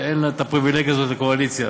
ואין הפריבילגיה הזאת לקואליציה.